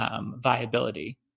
viability